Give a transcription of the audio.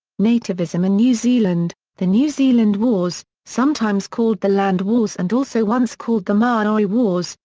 nativism in new zealand the new zealand wars, sometimes called the land wars and also once called the maori maori wars,